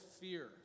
fear